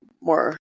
more